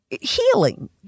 healing